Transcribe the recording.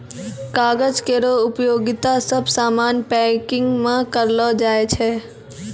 कागज केरो उपयोगिता सब सामान पैकिंग म करलो जाय छै